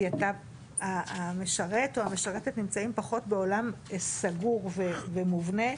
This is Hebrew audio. כי המשרת או המשרתת נמצאים פחות בעולם סגור ומובנה,